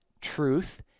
truth